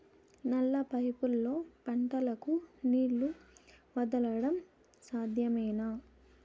నల్ల పైపుల్లో పంటలకు నీళ్లు వదలడం సాధ్యమేనా?